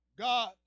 God